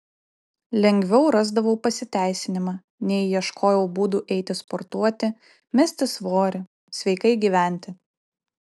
lengviau rasdavau pasiteisinimą nei ieškojau būdų eiti sportuoti mesti svorį sveikai gyventi